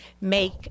make